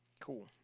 Cool